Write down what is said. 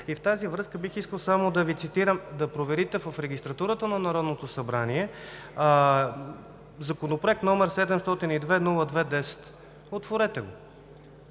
В тази връзка бих искал само да Ви цитирам да проверите в регистратурата на Народното събрание Законопроект № 702-02-10 – отворете го,